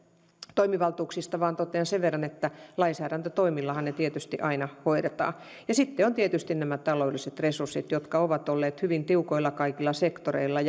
toimivaltuuksista totean vain sen verran että lainsäädäntötoimillahan ne tietysti aina hoidetaan sitten ovat tietysti nämä taloudelliset resurssit jotka ovat olleet hyvin tiukoilla kaikilla sektoreilla